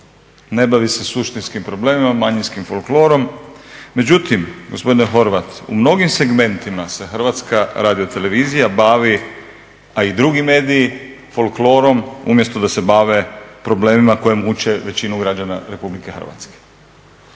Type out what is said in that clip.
ne bavi se suštinskim problemima, manjinskim folklorom. Međutim, gospodine Horvat u mnogim segmentima se Hrvatska radiotelevizija bavi, a i drugi mediji folklorom umjesto da se bave problemima koji muče većinu građana Republike Hrvatske.